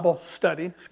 study